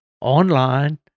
online